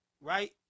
right